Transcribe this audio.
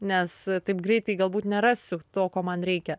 nes taip greitai galbūt nerasiu to ko man reikia